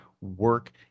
work